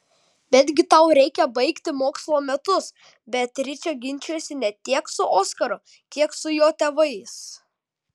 betgi tau reikia baigti mokslo metus beatričė ginčijosi ne tiek su oskaru kiek su jo tėvais